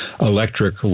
electric